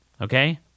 Okay